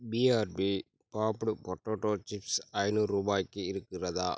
PRP popped potato chips ஐந்நூறு ரூபாய்க்கு இருக்கிறதா